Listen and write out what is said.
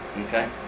Okay